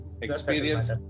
experience